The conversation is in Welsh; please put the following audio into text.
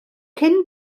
cyn